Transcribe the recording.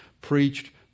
preached